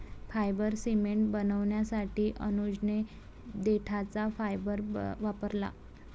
fibre cement बनवण्यासाठी अनुजने देठाचा फायबर वापरला